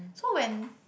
so when